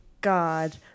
God